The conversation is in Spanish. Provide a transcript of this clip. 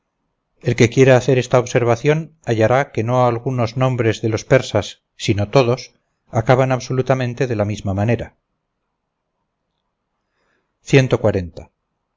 el que quiera hacer esta observación hallará que no algunos nombres de los persas sino todos acaban absolutamente de la misma manera